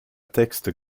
texte